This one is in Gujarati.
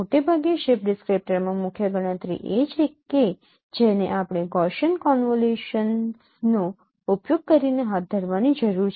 મોટે ભાગે શિફ્ટ ડિસ્ક્રીપ્ટરમાં મુખ્ય ગણતરી એ છે કે જેને આપણે ગૌસીયન કોનવોલ્યુશનનો ઉપયોગ કરીને હાથ ધરવાની જરૂર છે